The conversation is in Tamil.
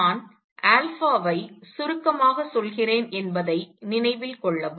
நான் வை சுருக்கமாக சொல்கிறேன் என்பதை நினைவில் கொள்ளவும்